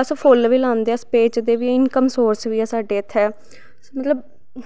अस फुल्ल बी लांदे अस बेचदे बी इंकम सोरस बी ऐ साढ़े इत्थे अस मतलव